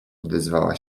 odezwała